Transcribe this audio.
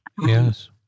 Yes